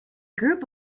group